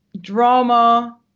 drama